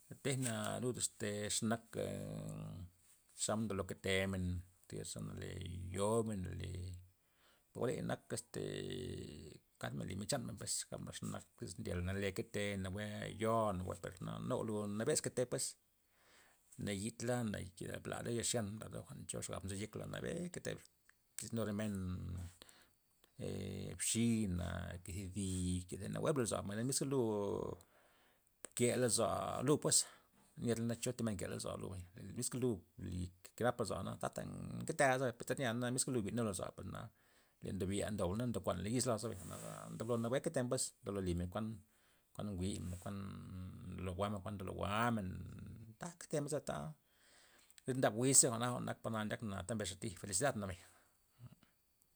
Tejna lud este xe nak xa xomod ndolo nkete men tyaza ndole yojmen ndole per jwa'reya nak est kadmen limen chanmen pues gabmen xe nak ndyenla nale kete' nawue yo'ana nawue per na nuga lu nabes kete' pues, na yidla na ke bla re yaxya'na nla re jwa'n cho xan nzo yekla nawue kete to'dis nu re men mbixana, ke zi dina' ke si nawue blo lozoa mbay miska lu bkea lozo'a lu pues, na nye dala cho ti men ke lozo'a lu bay miska lu mbli kenap lozoa'na ta nketea' zebay nya miska lu mbii'nua lozo'a na le ndob yia ndob na ndokuanla yiz lo'a zebay jwa'na za nawue kete pues lo limen kuan kuan jwi'men kuan lo jwa'men jwa'n lo jwa'men taja nkete men zebay ta iz ndab wyz jwa'na jwa'n par na nak ndiak na ta mbes xa tij felizidad jwa'na bay.